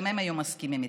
גם הם היו מסכימים איתנו.